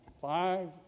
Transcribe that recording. Five